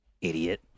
idiot